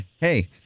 hey